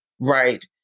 right